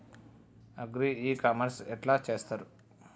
Agri e commerce ఎట్ల చేస్తరు?